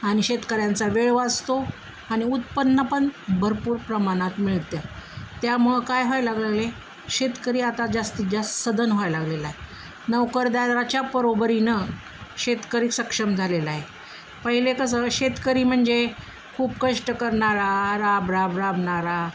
आणि शेतकऱ्यांचा वेळ वाचतो आणि उत्पन्नपण भरपूर प्रमाणात मिळतं त्यामुळं काय व्हायला लाग लागले शेतकरी आता जास्तीत जास्त सधन व्हायला लागलेलं आहे नोकरदाराच्या बरोबरीनं शेतकरी सक्षम झालेला आहे पहिले कसं शेतकरी म्हणजे खूप कष्ट करणारा राब राब राबणारा